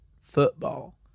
football